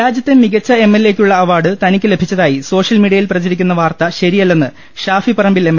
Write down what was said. രാജ്യത്തെ മികച്ച എംഎൽഎയ്ക്കുള്ള അവാർഡ് തനിക്ക് ലഭിച്ചതായി സോഷ്യൽ മീഡിയയിൽ പ്രചരിക്കുന്ന വാർത്ത ശരിയല്ലെന്ന് ഷാഫി പറമ്പിൽ എം